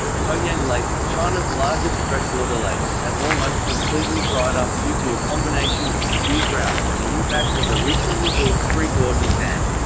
poyang lake, china's largest freshwater lake, has almost completely dried up due to a combination of severe drought and the impact of the recently built three gorges dam.